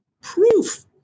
proof